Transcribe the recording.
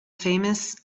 famous